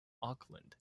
auckland